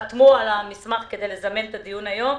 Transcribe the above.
כולם חתמו על המסמך כדי לזמן את הדיון היום.